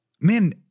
man